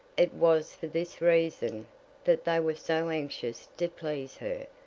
it was for this reason that they were so anxious to please her,